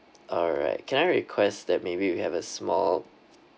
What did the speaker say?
alright can I request that maybe we have a small